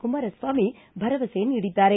ಕುಮಾರಸ್ವಾಮಿ ಭರವಸೆ ನೀಡಿದ್ದಾರೆ